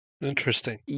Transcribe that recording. Interesting